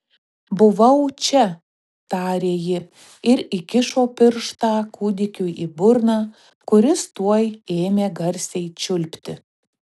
buvau čia tarė ji ir įkišo pirštą kūdikiui į burną kuris tuoj ėmė garsiai čiulpti